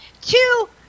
two